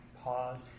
pause